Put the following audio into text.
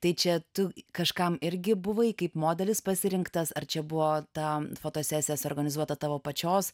tai čia tu kažkam irgi buvai kaip modelis pasirinktas ar čia buvo ta fotosesija suorganizuota tavo pačios